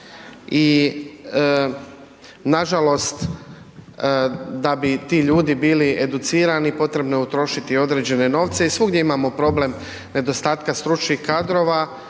i nažalost da bi ti ljudi bili educirani potrebno je utrošiti određene novce i svugdje imamo problem nedostatka stručnih kadrova,